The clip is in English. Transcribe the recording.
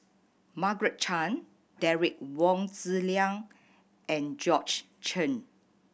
Margaret Chan Derek Wong Zi Liang and Georgette Chen